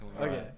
Okay